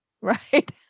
right